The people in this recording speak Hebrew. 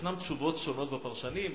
ישנן תשובות שונות של הפרשנים.